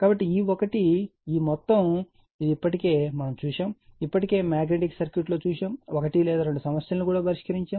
కాబట్టి E1 ఈ మొత్తం ఇది ఇప్పటికే మనం చూశాము ఇప్పటికే మాగ్నెటిక్ సర్క్యూట్లో చూశాము ఒకటి లేదా రెండు సమస్యలను కూడా పరిష్కరించాము